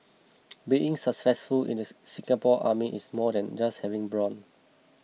being in successful in the Singapore Army is more than just having brawn